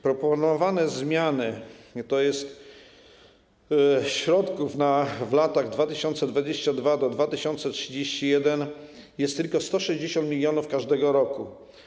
Proponowane zmiany: środków w latach 2022 do 2031 jest tylko 160 mln każdego roku.